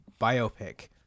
biopic